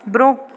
برٛونٛہہ